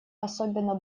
особенно